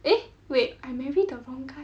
eh wait I marry the wrong guy